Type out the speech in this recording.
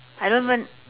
I don't even